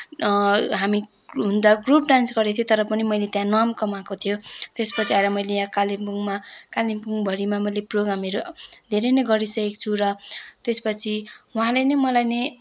हामी हुन त ग्रुप डान्स गरेको थियौँ तर पनि मैले त्यहाँ नाम कमाएको थियो त्यसपछि आएर मैले यहाँ कालिम्पोङमा कालिम्पोङभरिमा मैले प्रोग्रामहरू धेरै नै गरिसकेकी छु र त्यसपछि उहाँले नै मलाई नै